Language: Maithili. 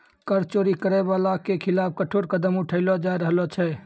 कर चोरी करै बाला के खिलाफ कठोर कदम उठैलो जाय रहलो छै